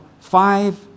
five